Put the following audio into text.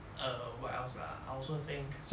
err what else ah I also think